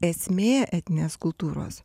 esmė etninės kultūros